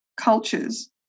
cultures